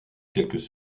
quelques